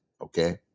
okay